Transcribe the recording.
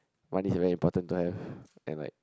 money is very important to have and like